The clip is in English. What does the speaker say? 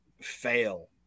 fail